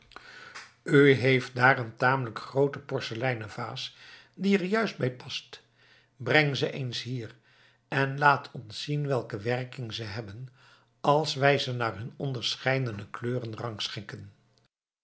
u heeft daar een tamelijk groote porseleinen vaas die er juist bij past breng ze eens hier en laat ons zien welke werking ze hebben als wij ze naar hun onderscheidene kleuren rangschikken